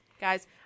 Guys